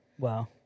Wow